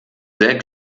sehr